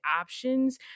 options